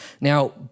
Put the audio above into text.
Now